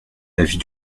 l’avis